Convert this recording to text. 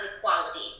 equality